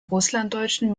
russlanddeutschen